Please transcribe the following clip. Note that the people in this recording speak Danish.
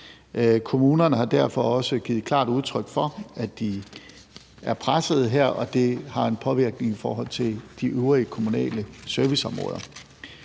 Kommunerne har derfor også givet klart udtryk for, at de er pressede her, og at det har en påvirkning i forhold til de øvrige kommunale serviceområder.